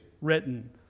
written